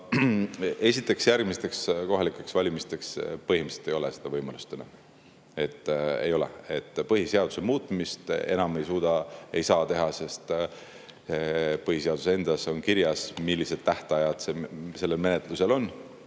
esiteks, järgmisteks kohalikeks valimisteks põhimõtteliselt seda võimalust ei ole. Põhiseaduse muutmist enam ei saa teha, sest põhiseaduses endas on kirjas, millised tähtajad sellisel menetlusel on.